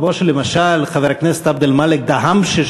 כמו שלמשל חבר הכנסת עבד-אלמאלכ דהאמשה,